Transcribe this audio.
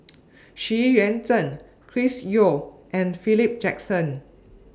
Xu Yuan Zhen Chris Yeo and Philip Jackson